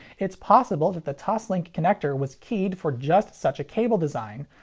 it's possible that the toslink connector was keyed for just such a cable design,